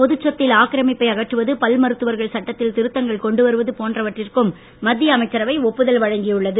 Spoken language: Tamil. பொதுச் சொத்தில் ஆக்கிரமிப்பை அகற்றுவது பல் மருத்துவர்கள் சட்டத்தில் திருத்தங்கள் கொண்டு வருவது போன்றவற்றிற்கும் மத்திய அமைச்சரவை ஒப்புதல் வழங்கியுள்ளது